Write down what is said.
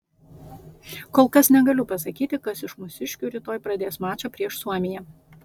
kol kas negaliu pasakyti kas iš mūsiškių rytoj pradės mačą prieš suomiją